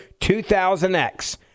2000X